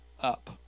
up